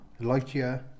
Lightyear